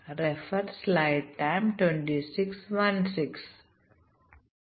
ഞങ്ങൾക്ക് ശരിക്കും system level test കേസുകൾ പ്രവർത്തിപ്പിക്കാൻ കഴിയില്ല